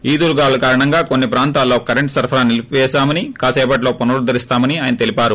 ఈదురు గాలుల కారణంగా కోన్పీ ప్రాంతాల్లో కరెంట్ సరఫరా నిలిపిపేశామ కాసేపట్లో పునరుద్గరిస్తామని ఆయన తెలిపారు